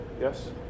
Yes